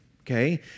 okay